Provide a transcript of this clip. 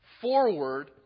forward